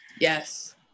Yes